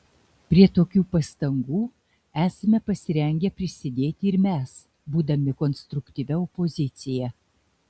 prie tokių pastangų esame pasirengę prisidėti ir mes būdami konstruktyvia opozicija